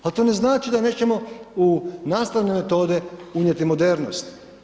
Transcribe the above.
Ali, to ne znači da nećemo u nastavne metode unijeti modernost.